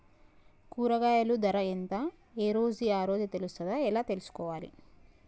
కూరగాయలు ధర ఎంత ఏ రోజుది ఆ రోజే తెలుస్తదా ఎలా తెలుసుకోవాలి?